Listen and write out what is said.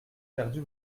perdu